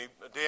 Dan